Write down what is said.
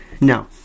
No